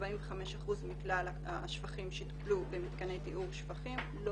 45 אחוזים מכלל השפכים שטופלו במתקני טיהור שפכים לא